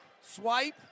swipe